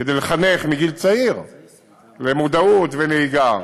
לחנך מגיל צעיר למודעות ונהיגה,